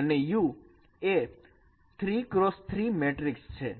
અને U એ 3 x 3 matrix છે